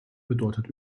bedeutet